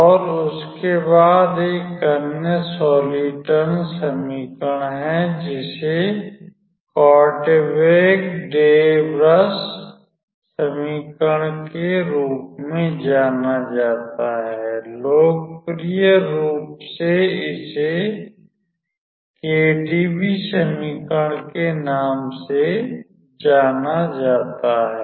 और उसके बाद एक अन्य सॉलिटॉन समीकरण है जिसे कॉर्टेवेग डे व्रस समीकरण के रूप में जाना जाता है लोकप्रिय रूप से इसे केडीवी समीकरण के नाम से जाना जाता है